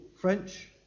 French